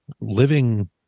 living